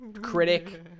Critic